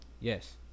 Yes